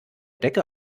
decke